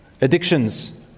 addictions